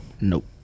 Nope